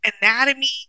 anatomy